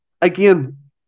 again